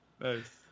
Nice